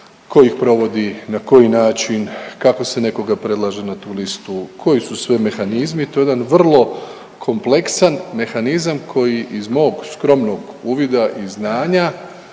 tko ih provodi, na koji način, kako se nekoga predlaže na tu listu, koji su sve mehanizmi. To je jedan vrlo kompleksan mehanizam koji iz mog skromnog uvida i znanja